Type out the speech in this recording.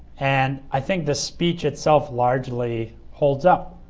and i think the speech itself largely holds up.